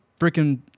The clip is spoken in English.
freaking